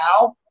now